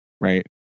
right